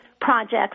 projects